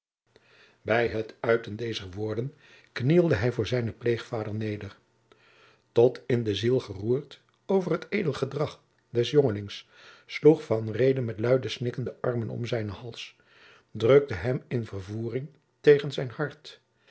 bij het uiten dezer woorden knielde hij voor zijnen pleegvader neder tot in de ziel geroerd over het edel gedrag des jongelings sloeg van reede met luide snikken de armen om zijne hals en drukte hem in vervoering tegen zijn hart